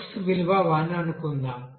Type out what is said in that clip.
X విలువ 1 అని అనుకుందాం